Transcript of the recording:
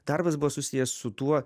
darbas buvo susijęs su tuo